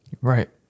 Right